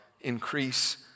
increase